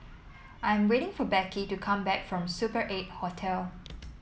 I am waiting for Beckie to come back from Super Eight Hotel